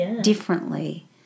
differently